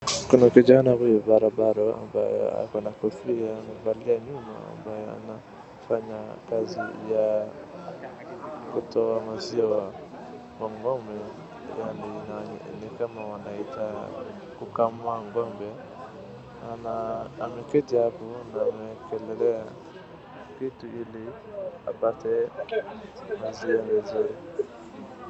Kuna kijana huyu barobaro ambaye ako na kofia ameangalia nyuma ambaye anafanya kazi ya kutoa maziwa kwa ng'ombe yaani ni kama wanaita kukama ng'ombe. Ameketi hapo na ameekelea kitu ili apate maziwa vizuri.